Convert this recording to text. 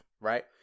Right